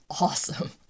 awesome